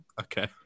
Okay